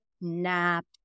nap